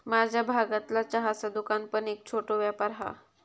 माझ्या भागतला चहाचा दुकान पण एक छोटो व्यापार हा